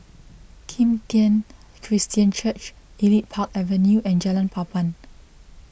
Kim Tian Christian Church Elite Park Avenue and Jalan Papan